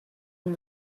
and